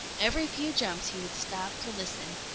every few jumps he would stop to listen.